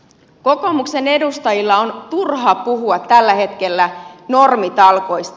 kokoomuksen edustajien on turha puhua tällä hetkellä normitalkoista